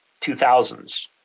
2000s